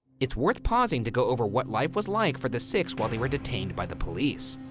it's worth pausing to go over what life was like for the six while they were detained by the police.